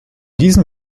diesen